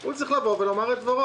הוא צריך לבוא ולומר את דברו.